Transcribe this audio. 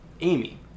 Amy